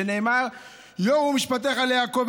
שנאמר 'יורו משפטיך ליעקוב,